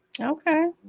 Okay